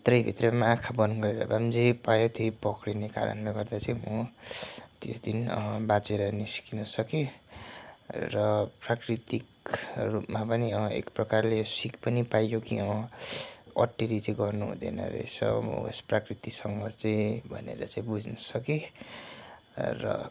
भित्रै भित्रै पनि आँखा बन्द गरेर भए पनि जे पायो त्यही पक्रिने कारणले गर्दा चाहिँ म त्यसदिन बाँचेर निस्किनु सकेँ र प्राकृतिक रूपमा पनि एकप्रकारले सिक् पनि पाइयो कि अटेरी चाहिँ गर्नुहुँदैन रहेछ हो प्रकृतिसँग चाहिँ भनेर चाहिँ बुझ्न सकेँ र